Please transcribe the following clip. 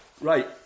Right